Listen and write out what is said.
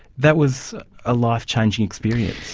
that was a life-changing experience.